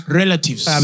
relatives